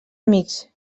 amics